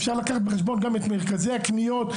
אפשר לקחת בחשבון גם את מרכזי הקניות.